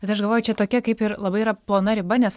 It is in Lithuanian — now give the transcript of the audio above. bet aš galvojau čia tokia kaip ir labai yra plona riba nes